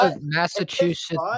Massachusetts